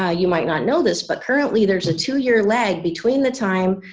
ah you might not know this but currently there's a two-year lag between the time